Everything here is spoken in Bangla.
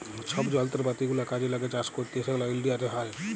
ছব যলত্রপাতি গুলা কাজে ল্যাগে চাষ ক্যইরতে সেগলা ইলডিয়াতে হ্যয়